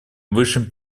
высшим